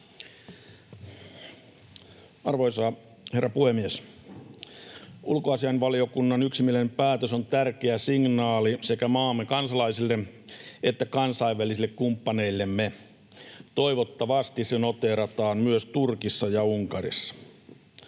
Arvoisa herra puhemies! Ulkoasiainvaliokunnan yksimielinen päätös on tärkeä signaali sekä maamme kansalaisille että kansainvälisille kumppaneillemme. Toivottavasti se noteerataan myös Turkissa ja Unkarissa.